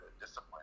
discipline